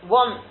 one